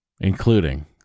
including